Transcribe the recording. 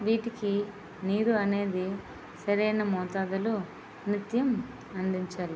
వీటికి నీరు అనేది సరైన మోతాదులో నిత్యం అందించాలి